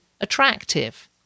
attractive